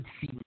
see